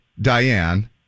Diane